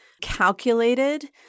calculated